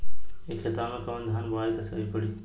ए खेतवा मे कवन धान बोइब त सही पड़ी?